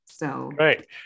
Right